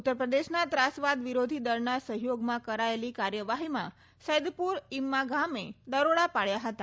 ઉત્તર પ્રદેશના ત્રાસવાદ વિરોધી દળના સહયોગમાં કરાયેલી કાર્યવાહીમાં સૈદપુર ઈમ્મા ગામે દરોડા પાડ્યા હતા